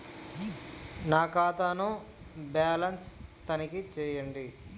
నా ఖాతా ను బ్యాలన్స్ తనిఖీ చేయండి?